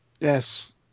Yes